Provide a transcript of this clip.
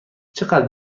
چقدر